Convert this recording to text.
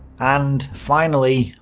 and finally,